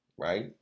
right